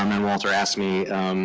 um and walter asked me,